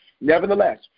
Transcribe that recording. nevertheless